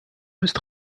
ist